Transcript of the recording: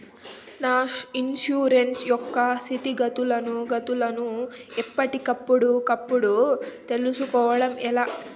నా ఇన్సూరెన్సు యొక్క స్థితిగతులను గతులను ఎప్పటికప్పుడు కప్పుడు తెలుస్కోవడం ఎలా?